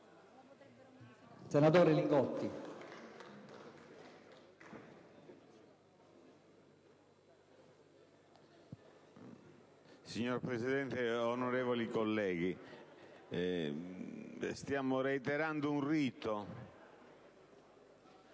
LI GOTTI *(IdV)*. Signor Presidente, onorevoli colleghi, stiamo reiterando un rito.